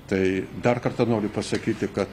tai dar kartą noriu pasakyti kad